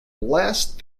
last